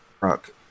Rock